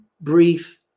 brief